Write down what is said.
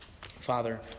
Father